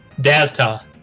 Delta